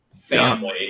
family